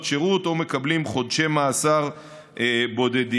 שירות או מקבלים חודשי מאסר בודדים.